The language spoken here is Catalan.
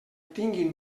obtinguin